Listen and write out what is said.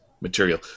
material